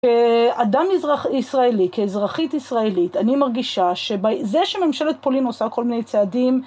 כאדם ישראלי, כאזרחית ישראלית, אני מרגישה שזה שממשלת פולין עושה כל מיני צעדים